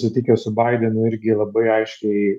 susitikęs su baidenu irgi labai aiškiai